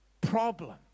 problem